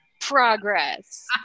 progress